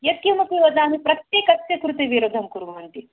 यत्किमपि वदामि प्रत्येकस्य कृते विरोधं कुर्वन्ति